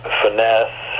finesse